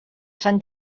sant